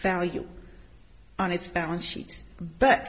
value on its balance sheet but